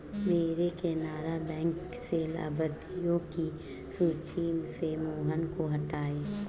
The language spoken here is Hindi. मेरे केनरा बैंक से लाभार्थियों की सूची से मोहन को हटाइए